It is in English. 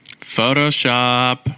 photoshop